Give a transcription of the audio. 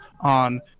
on